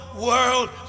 world